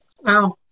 Wow